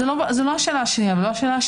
אבל זאת לא השאלה השנייה וגם לא השלישית.